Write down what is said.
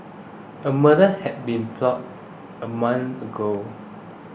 a murder had been plotted a month ago